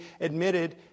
admitted